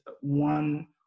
one